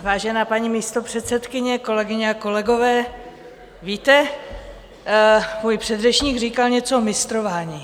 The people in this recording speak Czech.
Vážená paní místopředsedkyně, kolegyně a kolegové, víte, můj předřečník říkal něco o mistrování.